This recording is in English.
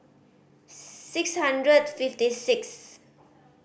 six hundred fifty six